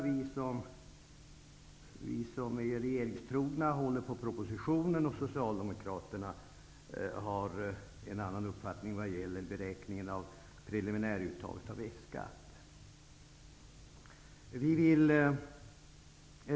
Vi regeringstrogna håller på propositionen, och Socialdemokraterna har en annan uppfattning vad gäller beräkning av uttaget av preliminär F-skatt.